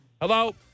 Hello